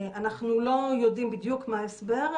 אנחנו לא יודעים בדיוק מה ההסבר,